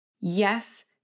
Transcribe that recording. Yes